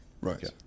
Right